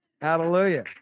Hallelujah